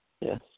Yes